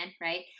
right